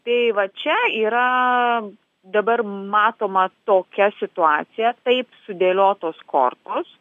tai va čia yra dabar matoma tokia situacija taip sudėliotos kortos